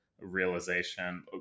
realization